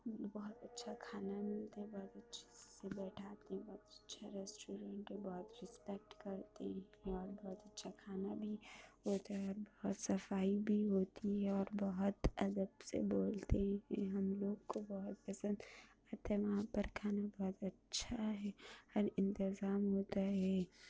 بہت اچھا کھانا ملتے ہیں بہت اچھے سے بیٹھاتے ہیں بہت اچھا ریسٹورینٹ ہے بہت ریسپیکٹ کرتے ہیں اور بہت اچھا کھانا بھی ہوتا ہے بہت صفائی بھی ہوتی ہے اور بہت ادب سے بولتے ہیں کہ ہم لوگ کو بہت پسند آتا ہے وہاں پر کھانا بہت اچھا ہے اور انتظام ہوتا ہے